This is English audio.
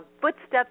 Footsteps